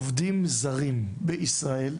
עובדים זרים בישראל,